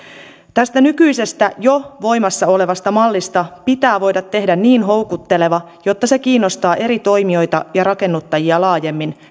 tästä nykyisestä jo voimassa olevasta mallista pitää voida tehdä niin houkutteleva että se kiinnostaa eri toimijoita ja rakennuttajia laajemmin